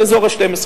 על אזור ה-12%,